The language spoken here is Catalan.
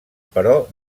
però